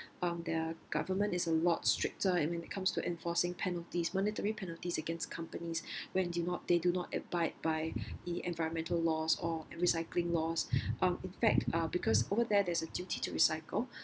um their government is a lot stricter and when it comes to enforcing penalties monetary penalties against companies when do not they do not abide by the environmental laws or recycling laws uh in fact uh because over there there's a duty to recycle